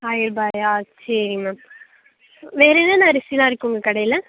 ஆயரரூபாயா சரிங்க மேம் வேறே என்னென்ன அரிசிலாம் இருக்குது உங்கள் கடையில்